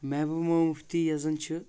محبوبا مفتی یۄس زن چھِ